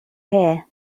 here